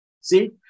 See